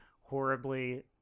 horribly